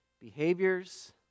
Behaviors